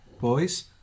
boys